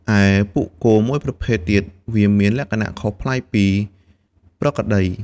ឯពួកគោមួយប្រភេទទៀត វាមានលក្ខណៈខុសប្លែកពីប្រក្រតី។